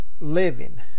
living